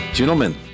Gentlemen